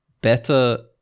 better